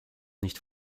nicht